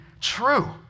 true